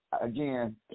again